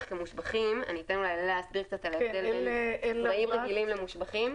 אני אתן ללאה להסביר על ההבדל בין זרעים רגילים למושבחים.